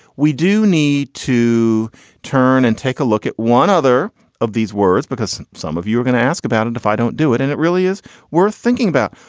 we do need to turn and take a look at one other of these words because some of you are going to ask about it if i don't do it and it really is worth thinking about.